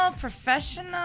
professional